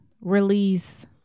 release